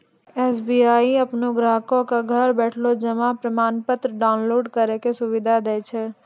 SBI अपनो ग्राहको क घर बैठले जमा प्रमाणपत्र डाउनलोड करै के सुविधा दै छै